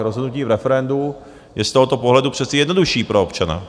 Rozhodnutí v referendu je z tohoto pohledu přece jednodušší pro občana.